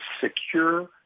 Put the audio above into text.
secure